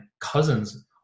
cousin's